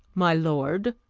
my lord.